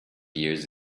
years